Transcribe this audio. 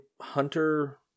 hunter